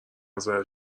نظر